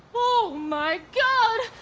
oh my god!